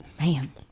Man